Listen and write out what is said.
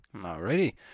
Alrighty